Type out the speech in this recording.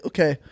Okay